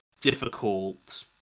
difficult